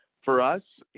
for us,